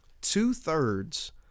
Two-thirds